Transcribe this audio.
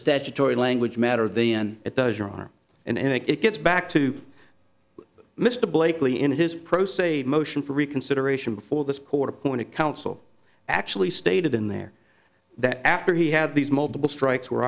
statutory language matter then it does your arm and if it gets back to mr blakeley in his pro se motion for reconsideration before this court appointed counsel actually stated in there that after he had these multiple strikes we're